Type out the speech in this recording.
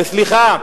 וסליחה,